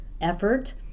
effort